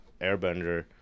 Airbender